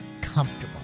comfortable